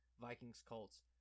Vikings-Colts